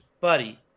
Buddy